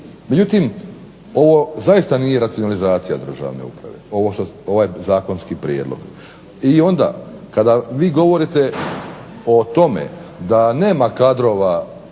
Međutim, ovo zaista nije racionalizacija državne uprave ovaj zakonski prijedlog. I onda kada vi govorite o tome da nema kadrova